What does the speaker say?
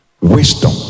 Wisdom